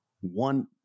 one